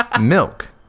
milk